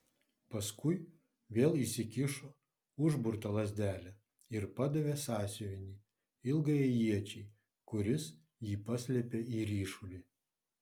paskui vėl įsikišo užburtą lazdelę ir padavė sąsiuvinį ilgajai iečiai kuris jį paslėpė į ryšulį